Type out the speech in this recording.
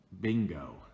bingo